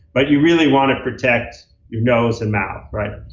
but you really want to protect your nose and mouth, right?